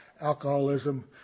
alcoholism